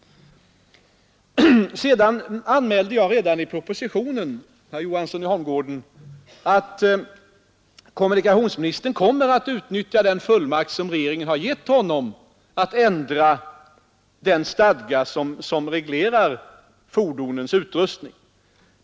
Vidare anmälde jag redan i propositionen, herr Johansson i Holmgården, att kommunikationsministern kommer att utnyttja den fullmakt som regeringen har gett honom att ändra den stadga som reglerar fordonens utrustning.